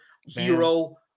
Hero